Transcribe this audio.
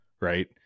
right